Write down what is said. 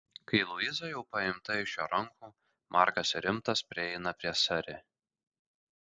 kai luiza jau paimta iš jo rankų markas rimtas prieina prie sari